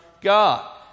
God